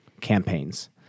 campaigns